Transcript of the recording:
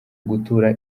gutura